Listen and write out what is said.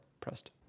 pressed